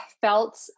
felt